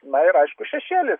na ir aišku šešėlis